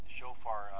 shofar